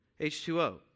H2O